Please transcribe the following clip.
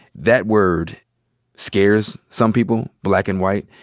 that word scares some people, black and white.